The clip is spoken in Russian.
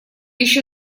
ещё